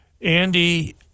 Andy